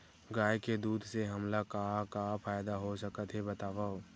गाय के दूध से हमला का का फ़ायदा हो सकत हे बतावव?